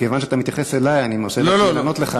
כיוון שאתה מתייחס אלי אני מרשה לעצמי לענות לך.